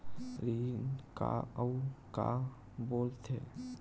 ऋण का अउ का बोल थे?